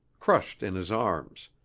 crushed in his arms,